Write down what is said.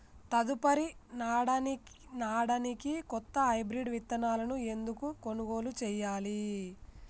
తదుపరి నాడనికి కొత్త హైబ్రిడ్ విత్తనాలను ఎందుకు కొనుగోలు చెయ్యాలి?